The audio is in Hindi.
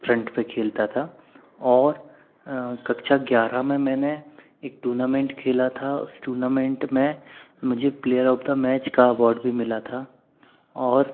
फ्रंट पर खेलता था और कक्षा ग्यारग में मैंने एक टूनामेंट खेला था उस टूर्नामेंट में मुझे प्येलर ऑप द मैच का अवार्ड भी मिला था और